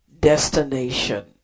Destination